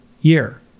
year